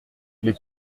les